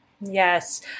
Yes